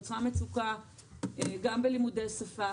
נוצרה מצוקה גם בלימודי שפה.